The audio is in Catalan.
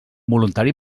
voluntari